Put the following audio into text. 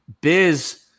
biz